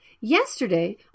Yesterday